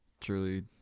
truly